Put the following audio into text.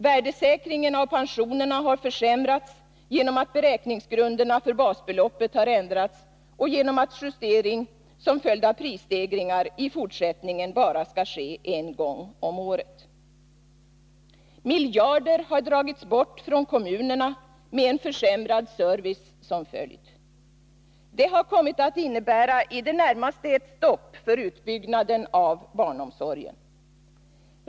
Värdesäkringen av pensionerna har försämrats genom att beräkningsgrunderna för basbeloppet har ändrats och genom att justering som följd av prisstegringar i fortsättningen skall ske bara en gång om året. Miljarder har dragits bort från kommunerna, med en försämrad service som följd. Det har kommit att innebära i det närmaste ett stopp för utbyggnaden av barnomsorgen.